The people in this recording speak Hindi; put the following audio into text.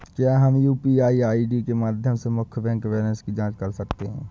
क्या हम यू.पी.आई के माध्यम से मुख्य बैंक बैलेंस की जाँच कर सकते हैं?